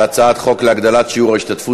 בקריאה ראשונה על הצעת חוק להגדלת שיעור ההשתתפות